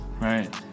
right